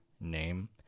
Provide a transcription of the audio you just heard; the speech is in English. name